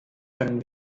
können